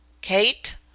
Kate